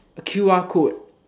a q_r code